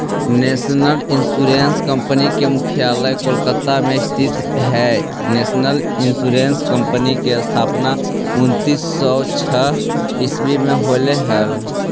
national insurance company के मुख्यालय कोलकाता में स्थित हइ नेशनल इंश्योरेंस कंपनी के स्थापना उन्नीस सौ छः ईसवी में होलई हल